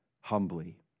humbly